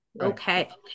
Okay